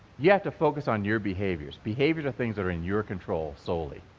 you have to focus on your behaviors. behaviors are things that are in your control solely.